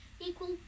Equal